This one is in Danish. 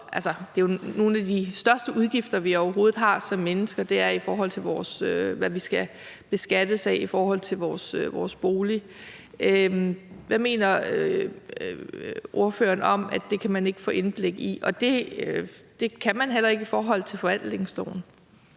Det er jo nogle af de største udgifter, vi overhovedet har som mennesker – hvad vi skal beskattes af i forhold til vores bolig. Hvad mener ordføreren om, at det kan man ikke få indblik i? Og det kan man heller ikke i forhold til forvaltningsloven.